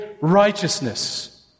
righteousness